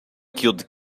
killed